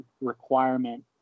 requirement